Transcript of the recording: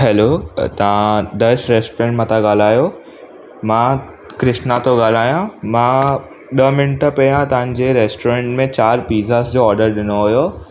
hello त तव्हां Darsh restaurant मां था ॻाल्हायो मां कृष्णा तो ॻाल्हायां मां ॾह मिंट पहिरियों तव्हांजे रेस्टोरेंट में चारि पिज़्ज़ाज जो ऑडर ॾिनो हुओ